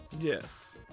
Yes